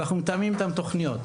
ואנחנו מתאמים איתם תוכניות.